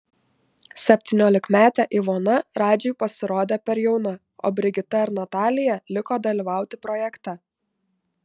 septyniolikmetė ivona radžiui pasirodė per jauna o brigita ir natalija liko dalyvauti projekte